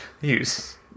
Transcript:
use